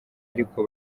ariko